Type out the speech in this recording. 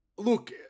look